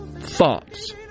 thoughts